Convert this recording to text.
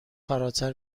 فراتر